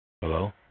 Hello